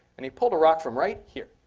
and he pulled a rock from right here.